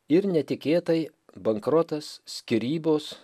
ir netikėtai bankrotas skyrybos